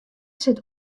sit